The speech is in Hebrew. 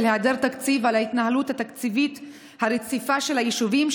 היעדר תקציב על ההתנהלות התקציבית הרציפה של היישובים,